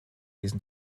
diesen